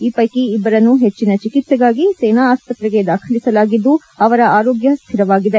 ಈ ಪೈಕಿ ಇಬ್ಬರನ್ನು ಹೆಚ್ಚಿನ ಚಿಕಿತ್ಸೆಗಾಗಿ ಸೇನಾ ಆಸ್ಪತ್ರೆಗೆ ದಾಖಲಿಸಲಾಗಿದ್ದು ಅವರ ಆರೋಗ್ಯ ಸ್ಲಿರವಾಗಿದೆ